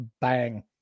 bang